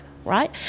right